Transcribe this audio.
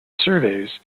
surveys